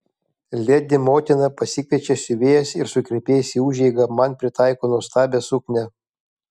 ledi motina pasikviečia siuvėjas ir sukirpėjas į užeigą man pritaiko nuostabią suknią